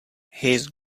his